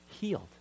healed